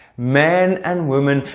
men and women,